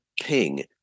ping